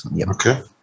Okay